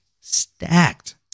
stacked